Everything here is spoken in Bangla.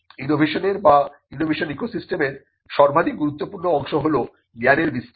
ইনোভেশনের বা ইনোভেশন ইকোসিস্টেমের সর্বাধিক গুরুত্বপূর্ণ অংশ হল জ্ঞানের বিস্তার